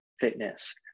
fitness